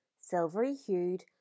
silvery-hued